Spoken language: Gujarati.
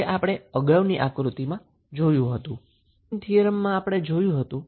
જે આપણે અગાઉની આક્રુતિમાં જોયું હતું